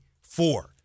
four